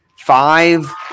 Five